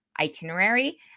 itinerary